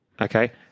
Okay